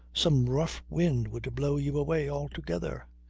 some rough wind will blow you away altogether.